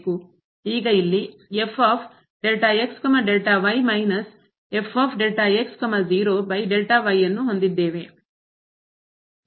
ಈಗ ಇಲ್ಲಿ ಆದ್ದರಿಂದ ಇದು